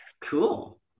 Cool